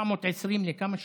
420 לכמה שנים?